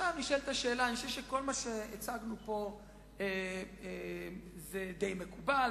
אני חושב שכל מה שהצגנו פה די מקובל.